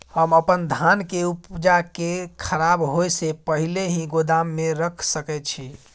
हम अपन धान के उपजा के खराब होय से पहिले ही गोदाम में रख सके छी?